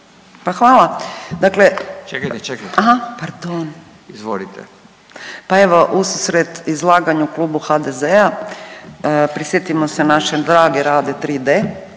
Urša (Možemo!)** Pa evo ususret izlaganju Klubu HDZ-a prisjetimo se naše drage Rade 3D,